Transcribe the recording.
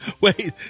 Wait